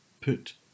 put